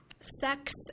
Sex